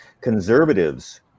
Conservatives